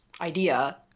idea